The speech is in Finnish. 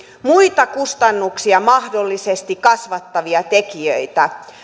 muita kustannuksia mahdollisesti kasvattavia tekijöitä